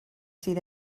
sydd